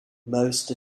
most